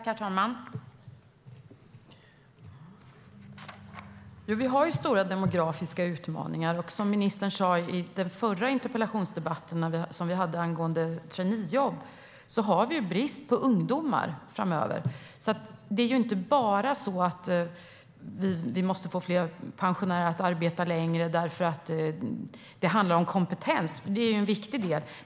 Herr talman! Vi har stora demografiska utmaningar. Som ministern sa i den förra interpellationsdebatten som vi hade angående traineejobb har vi brist på ungdomar framöver. Det är alltså inte så att vi bara måste få fler pensionärer att arbeta längre därför att det handlar om kompetens. Det är en viktig del.